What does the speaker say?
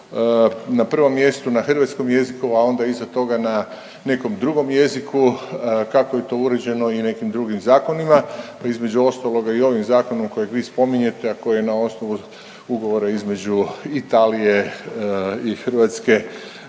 na prvom mjestu na hrvatskom jeziku, a onda iza toga na nekom drugom jeziku, kako je to uređeno i nekim drugim zakonima, pa između ostaloga i ovim zakonom kojeg vi spominjete, a koji je na osnovu ugovora između Italije i Hrvatske,